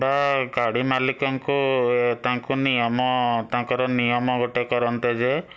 ବା ଗାଡ଼ି ମାଲିକଙ୍କୁ ଏ ତାଙ୍କୁ ନିୟମ ତାଙ୍କର ନିୟମ ଗୋଟେ କରନ୍ତେ ଯେ